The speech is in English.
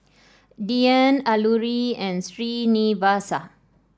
Dhyan Alluri and Srinivasa